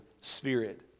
spirit